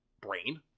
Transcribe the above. brain